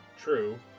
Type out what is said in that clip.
True